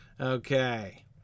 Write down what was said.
Okay